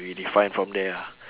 we define from there ah